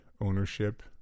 ownership